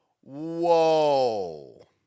Whoa